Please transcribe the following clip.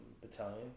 battalion